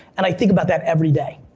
and i think about that every day.